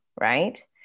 right